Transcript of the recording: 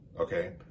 Okay